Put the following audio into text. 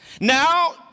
Now